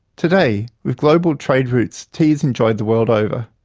today, with global trade routes tea is enjoyed the world over.